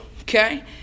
okay